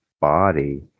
body